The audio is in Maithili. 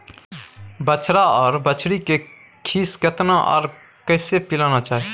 बछरा आर बछरी के खीस केतना आर कैसे पिलाना चाही?